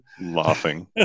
laughing